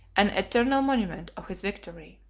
an eternal monument of his victory.